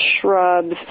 shrubs